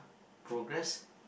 progress